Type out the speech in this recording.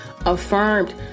affirmed